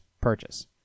purchase